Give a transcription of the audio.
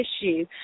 issue